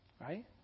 right